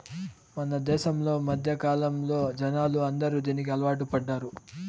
మన దేశంలో మధ్యకాలంలో జనాలు అందరూ దీనికి అలవాటు పడ్డారు